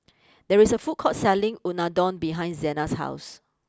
there is a food court selling Unadon behind Zenas' house